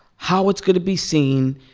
how it's going to be seen.